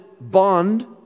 bond